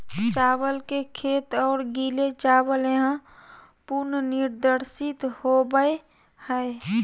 चावल के खेत और गीले चावल यहां पुनर्निर्देशित होबैय हइ